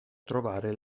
trovare